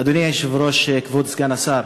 אדוני היושב-ראש, כבוד סגן השר,